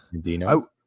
Dino